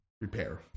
repair